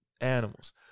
animals